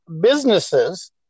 businesses